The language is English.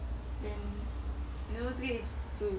then 就可以自己煮